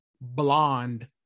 blonde